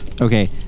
Okay